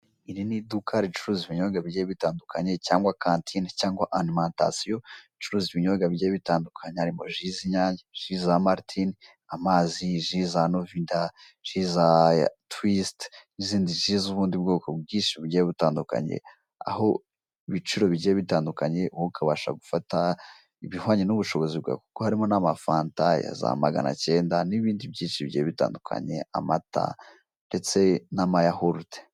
Iri ni iduka ricuruza ibinyobwa bigiye bitandukanye cyangwa kantine cyangwa alimatasiyo, ricuruza ibinyobwa bigiye bitandukanya haririmo ji za maritini, amazi ji za novida, ji za tuwisite n'izindi ji z'bwoko bwinshi bugiye butandukanye aho ibiciro bigiye bitandukanye wowe ukabasha gufata ibihwanye n'ubushobozi bwawe kuko harimo n'amafanta yaza magana cyenda n'ibindi byinshi bigiye bitandukanye, amata ndetse n'amayahurute.